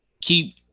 keep